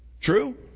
True